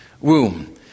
womb